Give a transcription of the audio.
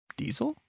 diesel